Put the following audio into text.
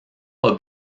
pas